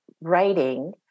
writing